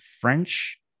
French